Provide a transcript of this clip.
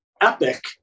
epic